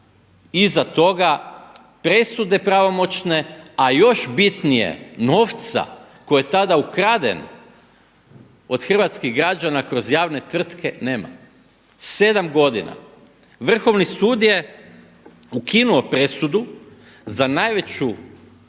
iza toga presude pravomoćne, a još bitnije novca koji je tada ukraden od hrvatskih građana kroz javne tvrtke nema. 7 godina. Vrhovni sud je ukinuo presudu za najveću